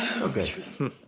Okay